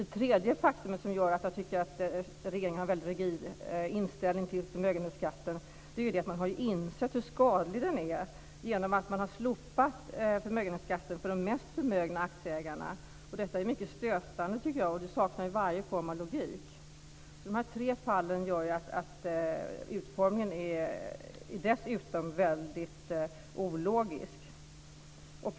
Det tredje faktum som gör att jag tycker att regeringen har en väldigt rigid inställning till förmögenhetsskatten är att man ju har insett hur skadlig den är då man har slopat förmögenhetsskatten för de mest förmögna aktieägarna. Detta tycker jag är mycket stötande och saknar varje form av logik. Dessa tre fall gör att utformningen dessutom är väldigt ologisk.